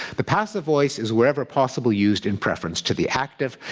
the passive voice is wherever possible used in preference to the active.